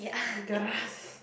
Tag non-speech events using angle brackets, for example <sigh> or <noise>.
<noise> grass